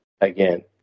again